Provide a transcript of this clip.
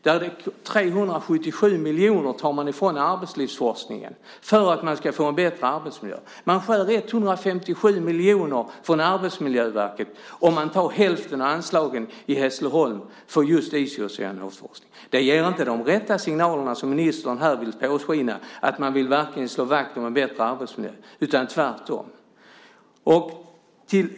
Man tar ifrån arbetslivsforskningen 337 miljoner för att man ska få en bättre arbetsmiljö. Man skär 157 miljoner från Arbetsmiljöverket, och man tar hälften av anslagen i Hässleholm för just isocyanatforskning. Det ger inte de rätta signalerna, som ministern här vill påskina, att man verkligen vill slå vakt om en bättre arbetsmiljö, utan tvärtom.